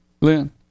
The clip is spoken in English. Lynn